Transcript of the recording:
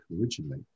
originally